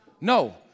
No